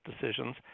decisions